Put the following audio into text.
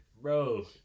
Bro